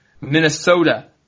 Minnesota